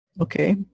okay